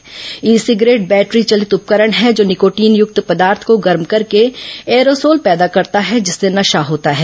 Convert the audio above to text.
ई cigarette battery चलित उपकरण है जो निकोटीन युक्त पदार्थ को गर्म करके एयरोसोल पैदा करता है जिससे नशा होता है